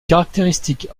caractéristiques